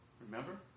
Remember